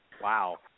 wow